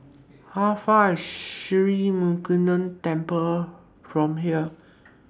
How Far IS Sri Murugan Temple from here